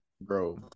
bro